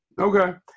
Okay